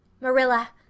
Marilla